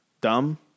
dumb